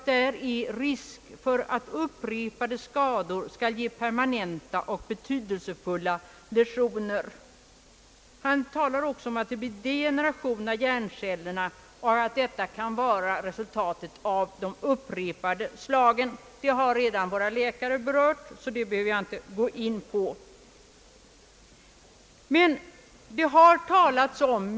Det är risk för att upprepade skador skall ge permanenta och betydelsefulla lesioner. Det blir också en degeneration av hjärncellerna, säger han, som kan vara en följd av de upprepade slagen. Detta har redan våra läkare här i kammaren berört, och därför behöver jag inte uppehålla mig längre vid det.